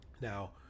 Now